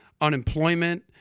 unemployment